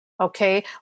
okay